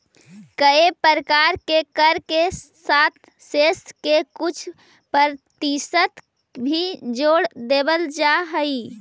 कए प्रकार के कर के साथ सेस के कुछ परतिसत भी जोड़ देवल जा हई